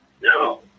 No